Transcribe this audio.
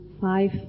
five